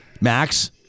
Max